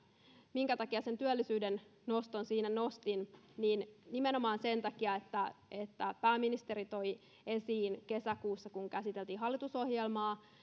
minkä takia työllisyyden noston nostin niin nimenomaan sen takia että että pääministeri toi esiin kesäkuussa kun käsiteltiin hallitusohjelmaa